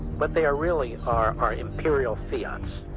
what they are really are, are imperial fiats.